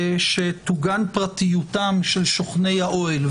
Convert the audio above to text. שתוגן פרטיותם של שוכני האוהל.